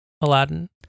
Aladdin